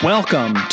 Welcome